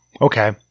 Okay